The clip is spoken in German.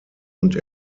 und